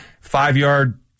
five-yard